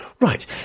Right